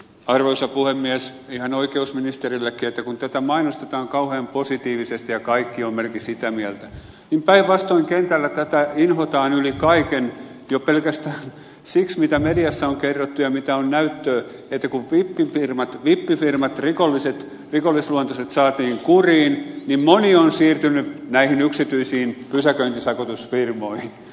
arvoisa puhemies kiinan oikeusministerille kerta kun tätä mainostetaan kauhean positiivisesti ja kaikki on melkein sitä mieltä niin päinvastoin kentällä tätä inhotaan yli kaiken jo pelkästään siksi mitä mediassa on kerrottu ja mitä on näyttöä että kun vippifirmat rikollisluontoiset saatiin kuriin niin moni on siirtynyt näihin yksityisiin pysäköintisakotusfirmoihin